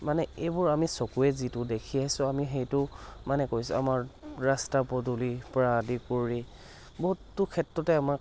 মানে এইবোৰ আমি চকুৱে যিটো দেখি আছোঁ আমি সেইটো মানে কৈছোঁ আমাৰ ৰাস্তা পদূলিৰ পৰা আদি কৰি বহুতো ক্ষেত্ৰতে আমাক